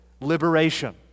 liberation